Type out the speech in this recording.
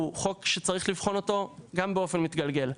חוק שצריך לבחון אותו גם באופן מתגלגל.